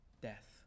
death